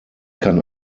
kann